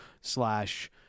slash